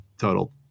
total